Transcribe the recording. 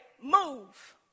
move